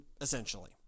essentially